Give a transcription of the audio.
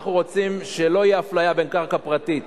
אנחנו רוצים שלא תהיה אפליה בין קרקע פרטית